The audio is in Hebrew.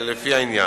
לפי העניין".